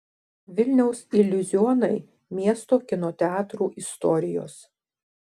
vilniaus iliuzionai miesto kino teatrų istorijos